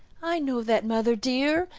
i know that, mother dear,